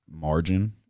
margin